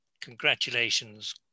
Congratulations